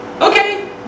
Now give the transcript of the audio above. Okay